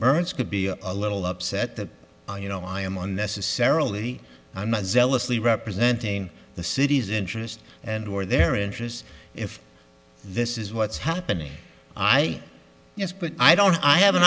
burns could be a little upset that you know i am on necessarily i'm not jealous lee representing the city's interest and or their interests if this is what's happening i guess but i don't i have an